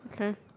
Okay